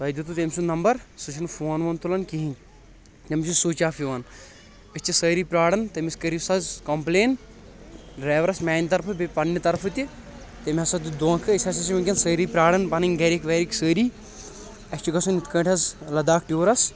تۄہہِ دیُتوُ تیٚمۍ سُنٛد نمبر سُہ چھُ نہٕ فون وون تلان کہیٖنۍ تٔمِس چھ سُچ آف یِوان أسۍ چھ سأری پرٛاران تٔمِس کٔرِو سا حظ کمپلین ڈرایورَس میٛانہِ طرفہٕ بیٚیہِ پننہِ طرفہٕ تہِ تیٚمۍ ہسا دیُت دھونکھٕ أسۍ ہسا چھ وُنیکٮ۪ن سأری پرٛاران پنٔنۍ گرِکۍ ورِکۍ سأری اَسہِ چھُ گژھُن یِتھہٕ کٔنۍ حظ لداخ ٹیوٗرس